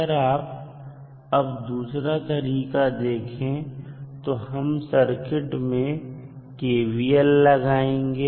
अगर आप अब दूसरा तरीका देखें तो हम सर्किट में KVL लगाएंगे